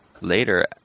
later